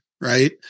right